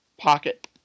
Pocket